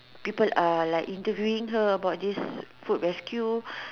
people are like interviewing her about this food rescue